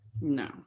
no